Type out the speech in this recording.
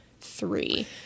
three